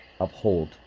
uphold